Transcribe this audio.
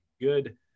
good